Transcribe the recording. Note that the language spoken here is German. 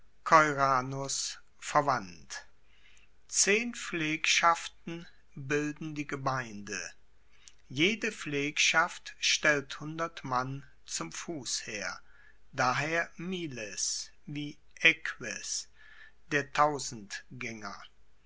verwandt zehn pflegschaften bilden die gemeinde jede pflegschaft stellt hundert mann zum fussheer daher mil es wie equ es der